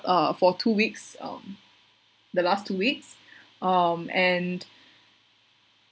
uh for two weeks um the last two weeks um and